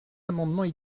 amendements